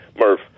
murph